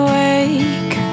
Awake